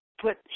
put